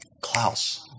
Klaus